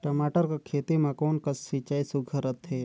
टमाटर कर खेती म कोन कस सिंचाई सुघ्घर रथे?